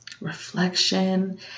reflection